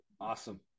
awesome